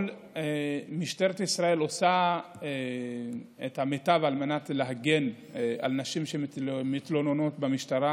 משטרת ישראל עושה את המיטב על מנת להגן על נשים שמתלוננות במשטרה